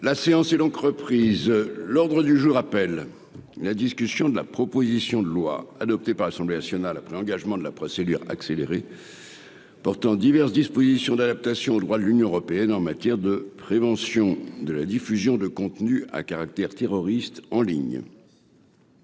La séance est donc reprise l'ordre du jour appelle la discussion de la proposition de loi adoptée par l'Assemblée nationale a pris un engagement de la procédure accélérée portant diverses dispositions d'adaptation au droit de l'Union européenne en matière de prévention de la diffusion de contenus à caractère terroriste en ligne.